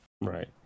Right